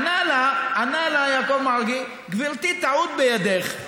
ענה לה יעקב מרגי: גברתי, טעות בידך.